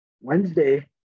Wednesday